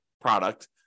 product